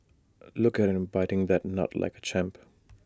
look at him biting that nut like A champ